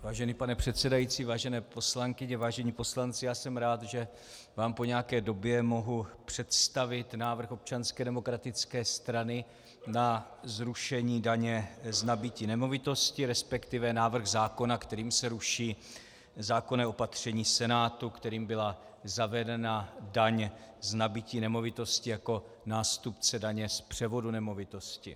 Vážený pane předsedající, vážené poslankyně, vážení poslanci, jsem rád, že vám po nějaké době mohu představit návrh Občanské demokratické strany na zrušení daně z nabytí nemovitosti, resp. návrh zákona, kterým se ruší zákonné opatření Senátu, kterým byla zavedena daň z nabytí nemovitosti jako nástupce daně z převodu nemovitosti.